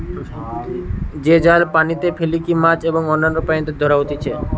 যে জাল পানিতে ফেলিকি মাছ এবং অন্যান্য প্রাণীদের ধরা হতিছে